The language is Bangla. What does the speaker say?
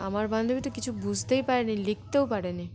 আমার বান্ধবী তো কিছু বুঝতেই পারেনি লিখতেও পারেনি